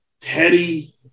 Teddy